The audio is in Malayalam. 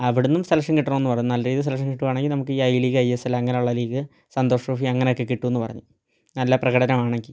അവിടുന്നും സെലക്ഷൻ കിട്ടണമെന്ന് പറഞ്ഞു നല്ല രീതിയിൽ സെലക്ഷൻ കിട്ടുവാണെങ്കിൽ നമുക്ക് ഈ I league I S L അങ്ങനുള്ള ലീഗ് സന്തോഷ് ട്രോഫി അങ്ങനൊക്കെ കിട്ടൂന്ന് പറഞ്ഞു നല്ല പ്രകടനമാണെങ്കിൽ